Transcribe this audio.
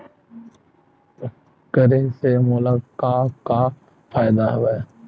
करे से मोला का का फ़ायदा हवय?